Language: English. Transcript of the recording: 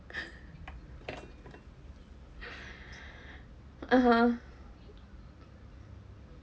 (uh huh)